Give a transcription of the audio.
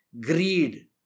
greed